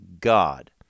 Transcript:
God